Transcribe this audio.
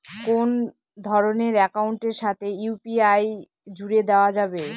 কোন ধরণের অ্যাকাউন্টের সাথে ইউ.পি.আই জুড়ে দেওয়া যাবে?